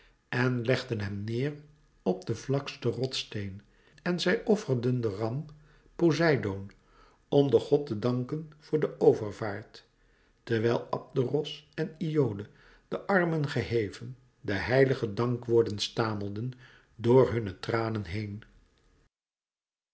en legden hem neêr op den vlaksten rotssteen en zij offerden den ram poseidoon om den god te danken voor de overvaart terwijl abderos en iole de armen geheven de heilige dankwoorden stamelden door hunne tranen heen